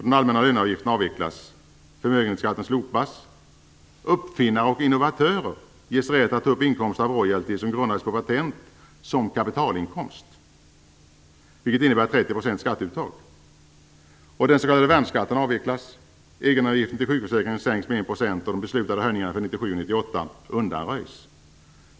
Den allmänna löneavgiften avvecklas. Förmögenhetsskatten slopas. Uppfinnare och innovatörer ges rätt att ta upp inkomster av royaltyer som grundas på patent som kapitalinkomst, vilket innebär ett skatteuttag på 30 %. Den s.k. värnskatten avvecklas. Egenavgiften till sjukförsäkringen sänks med 1 %, och de beslutade höjningarna för 1997/98 undanröjs.